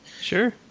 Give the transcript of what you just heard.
Sure